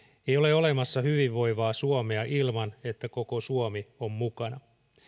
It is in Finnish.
ei ole olemassa hyvinvoivaa suomea ilman että koko suomi on mukana